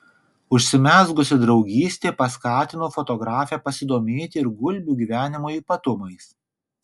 užsimezgusi draugystė paskatino fotografę pasidomėti ir gulbių gyvenimo ypatumais